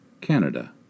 Canada